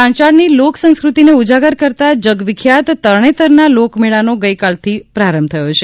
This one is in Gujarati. પાંચાળની લોકસંસ્કૃતિને ઉજાગર કરતા જગ વિખ્યાત તરણેતરના લોકમેળાનો ગઈકાલથી શુભારંભ થયો છે